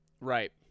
Right